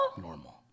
normal